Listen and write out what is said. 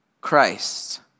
Christ